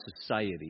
society